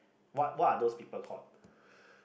what what are those people called